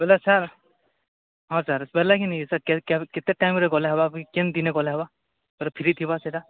ବୋଲେ ସାର୍ ହଁ ସାର୍ ପହେଲା କି ନାଇଁ ସାର୍କେ କେବେ କେତେ ଟାଇମ୍ରେ ଗଲେ ହବ ପୁଣି କେନ୍ ଦିନେ ଗଲେ ହବ ସାର୍ ଫ୍ରି ଥିବ ସେଇଟା